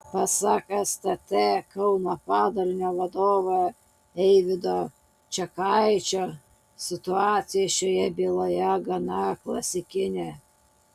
pasak stt kauno padalinio vadovo eivydo čekaičio situacija šioje byloje gana klasikinė